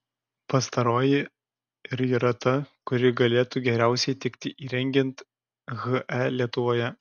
pastaroji ir yra ta kuri galėtų geriausiai tikti įrengiant he lietuvoje